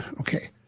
Okay